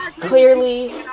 clearly